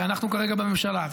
הרי אנחנו כרגע בממשלה,